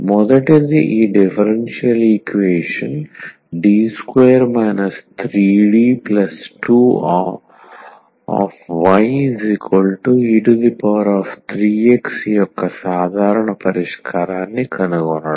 మొదటిది ఈ differential equation D2 3D2ye3x యొక్క సాధారణ పరిష్కారాన్ని కనుగొనడం